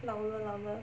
老了老了